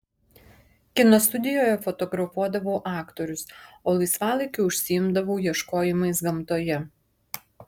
kino studijoje fotografuodavau aktorius o laisvalaikiu užsiimdavau ieškojimais gamtoje